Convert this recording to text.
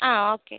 ആ ഓക്കെ